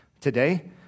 today